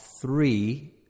three